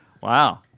Wow